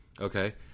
okay